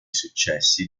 successi